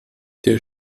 der